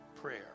Prayer